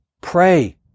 Pray